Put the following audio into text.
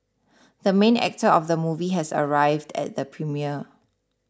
the main actor of the movie has arrived at the premiere